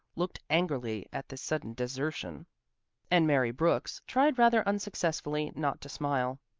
looked angry at this sudden desertion and mary brooks tried rather unsuccessfully not to smile.